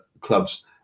clubs